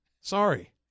Sorry